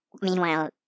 Meanwhile